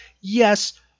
Yes